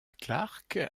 clark